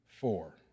four